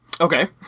Okay